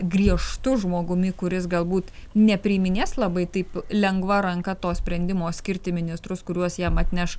griežtu žmogumi kuris galbūt nepriiminės labai taip lengva ranka to sprendimo skirti ministrus kuriuos jam atneš